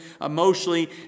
emotionally